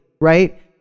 right